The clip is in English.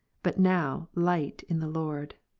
but now light in the lord.